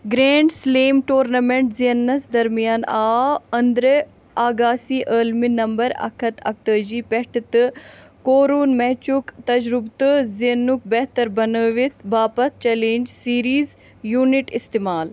grand slam tournament زینٕنَس درمیان آو أندرٕ اگاسی عٲلمی نمبر اکھ ہَتھ اَکہٕ تٲجی پٮ۪ٹھ تہٕ كوروٗن میچُک تجربہٕ تہٕ زیننُک بہتر بنٲوِتھ باپتھ چیلنج سیریٖز یوٗنٹ استعمال